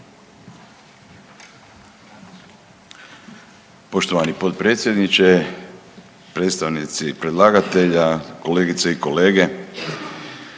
Poštovani potpredsjedniče, predstavnici predlagatelja, kolegice i kolege,